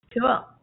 Cool